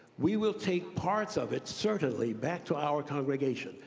we will take parts of it certainly back to our congregation,